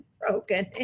broken